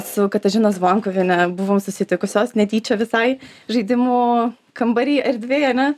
su katažina zvonkuviene buvom susitikusios netyčia visai žaidimų kambary erdvėj ane